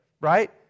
right